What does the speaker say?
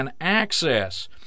access